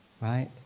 right